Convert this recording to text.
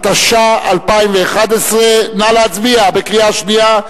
התשע"א 2011. נא להצביע בקריאה שנייה,